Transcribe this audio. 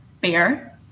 beer